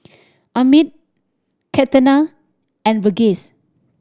Amit Ketna and Verghese